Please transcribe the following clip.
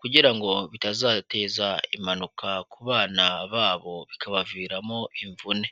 kugira ngo bitazateza impanuka ku bana babo bikabaviramo imvune.